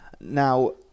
Now